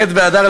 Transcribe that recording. בח' באדר,